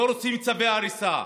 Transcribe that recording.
לא רוצים צווי הריסה.